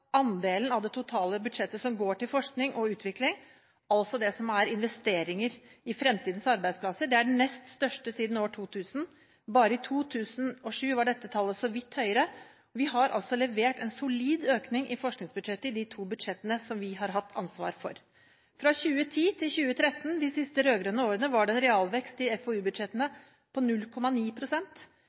Andelen av det totale budsjettet som går til forskning og utvikling – altså det som er investeringer i fremtidens arbeidsplasser – er den nest største siden 2000, bare i 2007 var dette tallet så vidt høyere. Vi har altså levert en solid økning i forskningsbudsjettet i de to budsjettene som vi har hatt ansvar for. Fra 2010 til 2013, de siste rød-grønne årene, var det en realvekst i FoU-budsjettene på